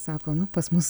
sako nu pas mus